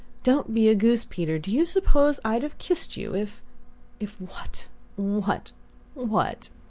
don't be a goose, peter do you suppose i'd have kissed you if if what what what?